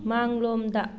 ꯃꯥꯡꯂꯣꯝꯗ